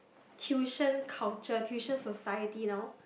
tuition culture tuition society now